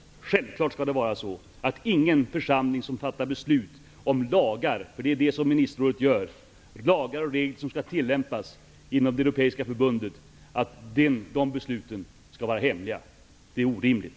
Det skall självfallet inte vara så att de beslut som en församling fattar om lagar och regler -- det är det som ministerrådet gör -- som skall tillämpas inom det europeiska förbundet skall vara hemliga. Det är orimligt.